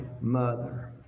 mother